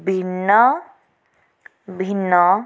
ଭିନ୍ନ ଭିନ୍ନ